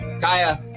Kaya